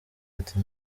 ati